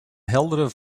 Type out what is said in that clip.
heldere